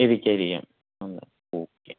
ഇരിക്കാം ഇരിക്കാം ഓക്കേ